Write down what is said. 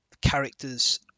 characters